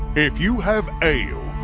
if you have ale,